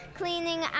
cleaning